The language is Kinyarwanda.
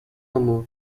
muntu